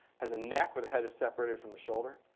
has a neck where the head is separated from the shoulder.